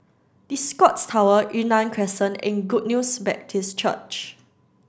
the Scotts Tower Yunnan Crescent and Good News Baptist Church